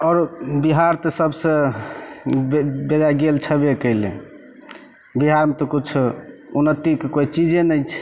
आओरो बिहार तऽ सबसँ बे बेरा गेल छैबे कयलै बिहारमे तऽ किछु उन्नतिके कोइ चीजे नहि छै